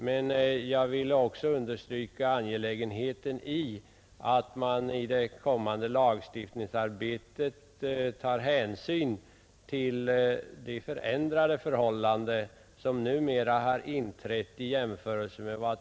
Men jag vill också framhålla angelägenheten av att man i det pågående lagstiftningsarbetet tar hänsyn till de ändrade förhållanden som nu inträtt.